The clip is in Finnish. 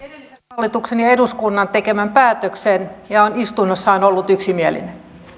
hallituksen ja eduskunnan tekemän päätöksen ja on istunnossaan ollut yksimielinen